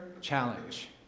challenge